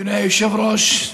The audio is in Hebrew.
אדוני היושב-ראש,